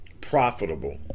profitable